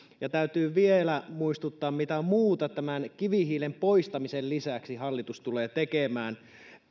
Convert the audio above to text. ja täytyy vielä muistuttaa mitä muuta tämän kivihiilen poistamisen lisäksi hallitus tulee tekemään